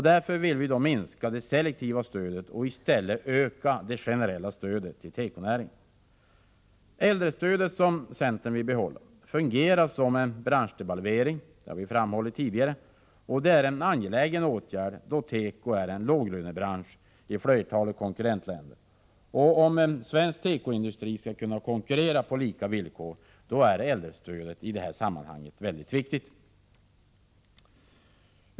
Därför vill vi minska det selektiva stödet och i stället öka det generella stödet till tekonäringen. Äldrestödet, som centern vill bibehålla, fungerar som en branschdevalvering. Detta har vi framhållit tidigare. Det är en angelägen åtgärd, då teko är en låglönebransch i flertalet konkurrentländer. Om svensk tekoindustri skall konkurrera på lika villkor är äldrestödet därför mycket viktigt i sammanhanget.